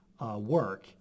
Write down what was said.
work